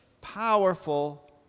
powerful